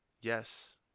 Yes